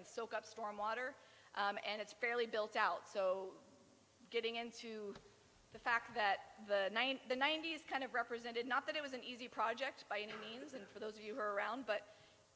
can soak up storm water and it's fairly built out so getting into the fact that the ninety's kind of represented not that it was an easy project by any means and for those of you around but